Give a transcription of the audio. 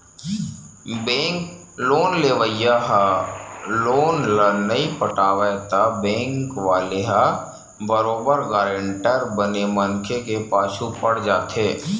bank loan लेवइया ह loan ल नइ पटावय त बेंक वाले ह बरोबर गारंटर बने मनखे के पाछू पड़ जाथे